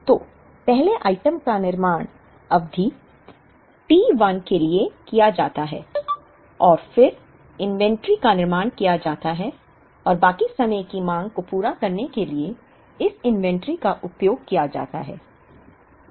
तो पहले आइटम का निर्माण अवधि t1 के लिए कहा जाता है और फिर इन्वेंट्री का निर्माण किया जाता है और बाकी समय की मांग को पूरा करने के लिए इस इन्वेंट्री का उपयोग किया जाता है